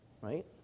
right